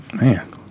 man